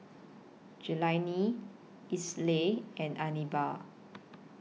Jelani Esley and Anibal